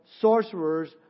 sorcerers